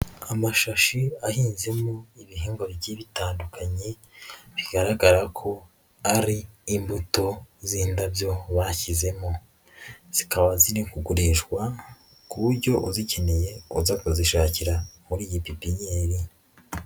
Amashashi ahinzemo ibihingwa igihe bitandukanye, bigaragara ko ari imbuto z'indabyo bashyizemo, zikaba ziri kugurishwa, ku buryo uzikeneye yoza kuzishakira muri iyi pipinyeri.